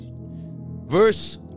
Verse